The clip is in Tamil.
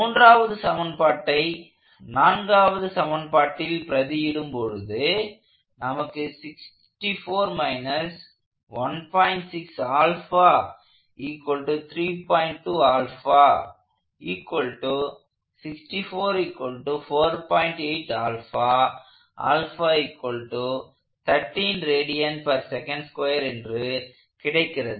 மூன்றாவது சமன்பாட்டை நான்காவது சமன்பாட்டில் பிரதியிடும்பொழுது நமக்கு என்று கிடைக்கிறது